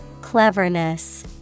Cleverness